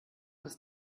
ist